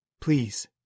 Please